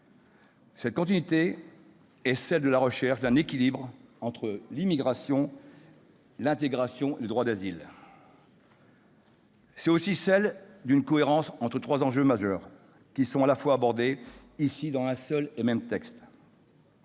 Cette continuité est celle de la recherche d'un équilibre entre l'immigration, l'intégration et le droit d'asile. C'est aussi celle d'une cohérence de ces trois enjeux majeurs, qui sont encore une fois abordés ici dans un seul et même texte.